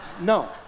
no